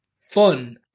fun